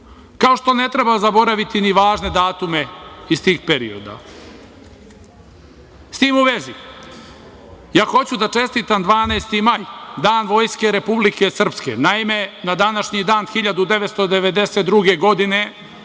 kao što ne treba zaboraviti ni važne datume iz tih perioda.S tim u vezi, hoću da čestitam 12. maj Dan Vojske Republike Srpske. Naime, na današnji dan 1992. godine